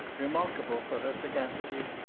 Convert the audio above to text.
remarkable for her sagacity,